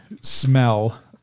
smell